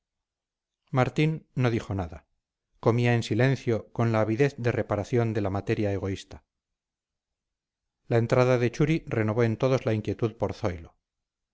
martín no dijo nada comía en silencio con la avidez de reparación de la materia egoísta la entrada de churi renovó en todos la inquietud por zoilo